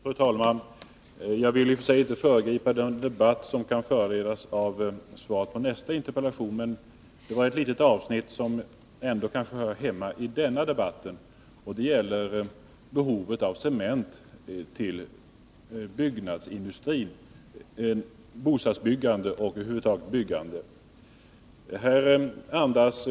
Fru talman! Jag vill i och för sig inte föregripa den debatt som kan föranledas av svaret på nästa interpellation. Men det är ett litet avsnitt som kanske ändå hör hemma i denna debatt. Det gäller behovet av cement till byggnadsindustrin — bostadsbyggande och byggande över huvud taget.